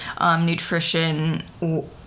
nutrition